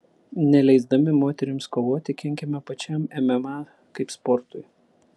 neleisdami moterims kovoti kenkiame pačiam mma kaip sportui